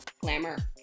Glamour